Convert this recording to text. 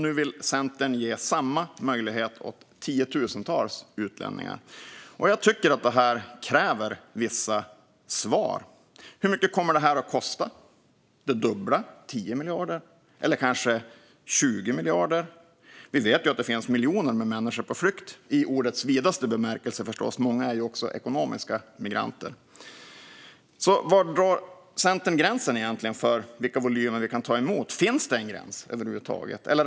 Nu vill Centerpartiet ge samma möjlighet åt tiotusentals utlänningar. Jag tycker att det här kräver vissa svar. Hur mycket kommer detta att kosta? Det dubbla, alltså 10 miljarder? Eller kanske 20 miljarder? Vi vet att det finns miljoner människor på flykt - i ordets vidaste bemärkelse förstås; många är också ekonomiska migranter. Var drar Centern egentligen gränsen för vilka volymer vi kan ta emot? Finns det en gräns över huvud taget?